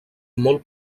molt